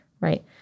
right